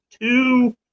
two